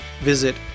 visit